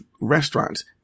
restaurants